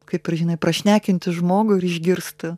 kaip ir žinai prašnekinti žmogų ir išgirsti